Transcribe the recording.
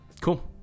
cool